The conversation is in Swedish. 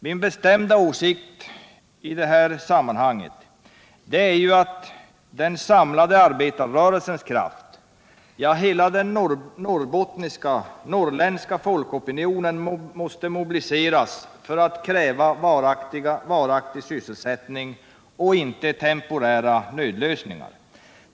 Min bestämda åsikt i detta sammanhang är att den samlade arbetarrörelsens kraft, ja hela den norrländska folkopinionen, måste mobiliseras för att kräva varaktig sysselsättning och inte temporära nödlösningar.